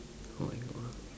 oh my god